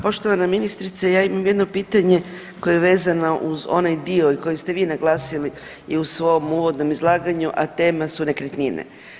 Poštovana ministrice, ja imam jedno pitanje koje je vezano uz onaj dio i koji ste vi naglasili i u svom uvodnom izlaganju, a tema su nekretnine.